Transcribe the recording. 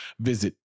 visit